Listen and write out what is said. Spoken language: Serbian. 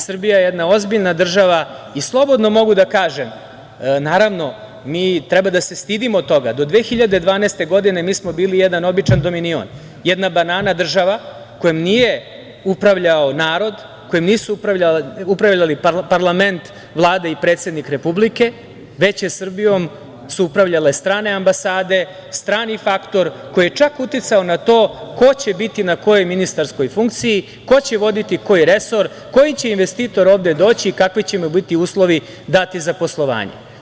Srbija je jedna ozbiljna država i slobodno mogu da kažem, naravno mi treba da se stidimo toga, do 2012. godine mi smo bili jedan običan „dominion“, jedna „banana država“ kojom nije upravljao narod, kojim nisu upravljali parlament, Vlada i predsednik republike, već su Srbijom upravljale strane ambasade, strani faktor koji je čak uticao i na to ko će biti na kojoj ministarskoj funkciji, ko će voditi koji resor, koji će investitor ovde doći i kakvi će mu biti uslovi dati za poslovanje.